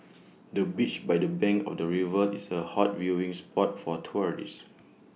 the beach by the bank of the river is A hot viewing spot for tourists